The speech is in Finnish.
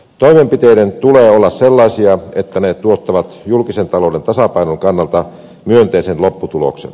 toimenpiteiden tulee olla sellaisia että ne tuottavat julkisen talouden tasapainon kannalta myönteisen lopputuloksen